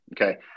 Okay